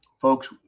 Folks